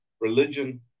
religion